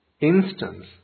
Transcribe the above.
instance